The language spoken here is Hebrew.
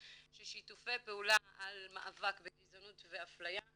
ששיתופי פעולה על מאבק בגזענות ואפליה,